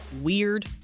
weird